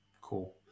Cool